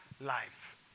life